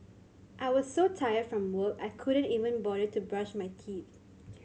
I was so tired from work I couldn't even bother to brush my teeth